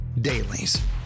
Dailies